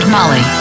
Molly